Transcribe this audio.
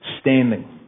standing